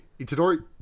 Itadori